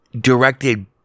directed